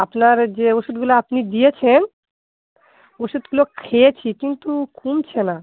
আপনার যে ওষুধগুলো আপনি দিয়েছেন ওষুধগুলো খেয়েছি কিন্তু কমছে না